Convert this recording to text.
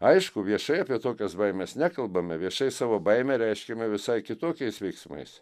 aišku viešai apie tokias baimes nekalbame viešai savo baimę reiškiame visai kitokiais veiksmais